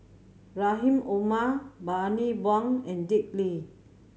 Rahim Omar Bani Buang and Dick Lee